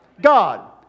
God